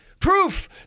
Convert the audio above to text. Proof